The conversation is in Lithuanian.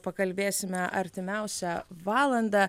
pakalbėsime artimiausią valandą